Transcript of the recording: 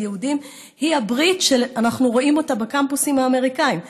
יהודים היא ברית שאנחנו רואים אותה בקמפוסים האמריקניים,